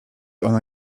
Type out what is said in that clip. ona